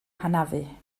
hanafu